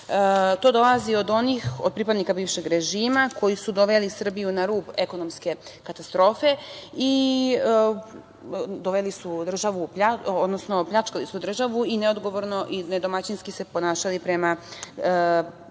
To dolazi od onih, pripadnika bivšeg režima, koji su doveli Srbiju na rub ekonomske katastrofe, pljačkali su državu i neodgovorno i nedomaćinski se ponašali prema